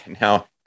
now